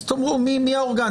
אז תאמרו מי האורגן,